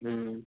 ہوں